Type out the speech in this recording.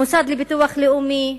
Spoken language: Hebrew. המוסד לביטוח לאומי,